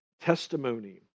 testimony